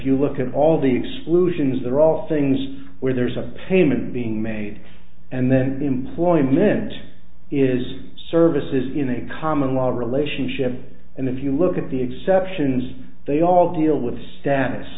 you look at all the exclusions there are things where there's a payment being made and then employment is services in a common law relationship and if you look at the exceptions they all deal with status